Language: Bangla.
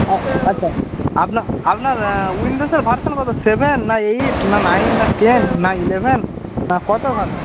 আ আচ্ছা আপনার আপনার উইন্ডোসের ভারসেন কত সেভেন না এইট না নাইন না টেন না ইলেভেন কত ভারসেন